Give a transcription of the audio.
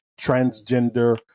transgender